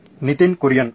ನಿತಿನ್ ಕುರಿಯನ್ ಹೌದು